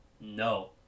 no